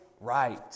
right